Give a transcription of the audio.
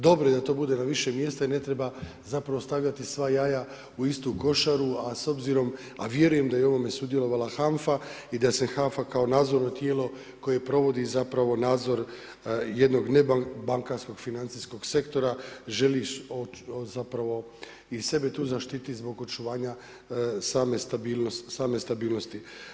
Dobro je da to bude na više mjesta i ne treba zapravo stavljati sva jaja u istu košaru, a s obzirom, a vjerujem da je u ovome sudjelovala HANFA i da se HANFA kao nadzorno tijelo koje provodi zapravo nadzor jednog nebankarskog financijskog sektora želi zapravo i sebe tu zaštititi zbog očuvanja same stabilnosti.